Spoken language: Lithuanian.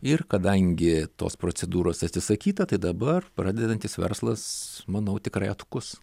ir kadangi tos procedūros atsisakyta tai dabar pradedantis verslas manau tikrai atkus